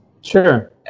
sure